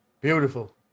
Beautiful